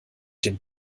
dem